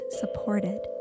supported